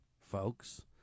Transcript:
folks